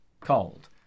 cold